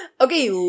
Okay